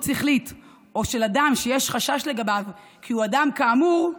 שכלית או של אדם שיש חשש לגביו כי הוא אדם כאמור,